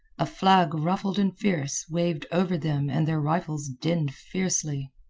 a flag, ruffled and fierce, waved over them and their rifles dinned fiercely.